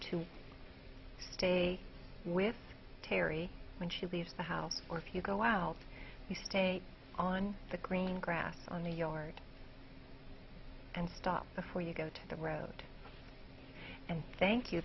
to stay with terri when she leaves but how or if you go wow you stay on the green grass on the yard and stop before you go to the road and thank you